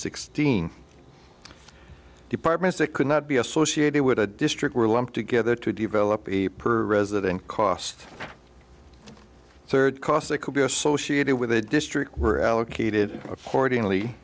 sixteen departments that could not be associated with a district were lumped together to develop a per resident cost third cost that could be associated with a district were allocated accordingly